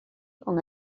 con